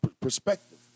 perspective